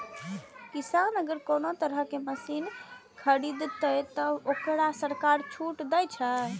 किसान अगर कोनो तरह के मशीन खरीद ते तय वोकरा सरकार छूट दे छे?